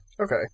Okay